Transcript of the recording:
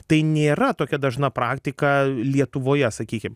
tai nėra tokia dažna praktika lietuvoje sakykim